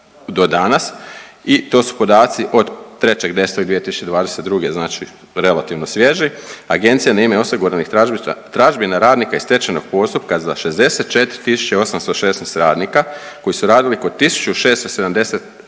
do danas i to su podaci od 3.10.2022., znači relativno svježi, agencija na ime osiguranih tražbina radnika iz stečajnog postupka za 64.816 radnika koji su radili kod 1.675